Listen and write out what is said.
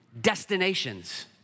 destinations